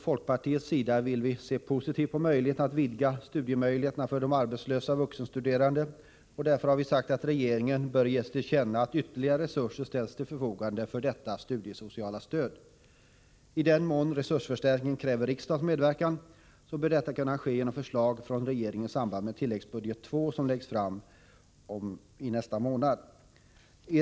Folkpartiet ser positivt på frågan att vidga studiemöjligheterna för arbetslösa vuxenstuderande. Därför har vi sagt att regeringen bör ges till känna att ytterligare resurser måste ställas till förfogande för detta studiesociala stöd. I den mån en resursförstärkning kräver riksdagens medverkan bör detta kunna ske genom förslag från regeringen i samband med tilläggsbudget II, som läggs fram i januari 1985.